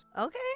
Okay